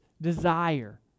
desire